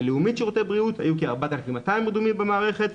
בלאומית שירותי בריאות היו כ-4,200 רדומים במערכת,